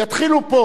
יתחילו פה,